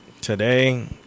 Today